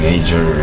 Major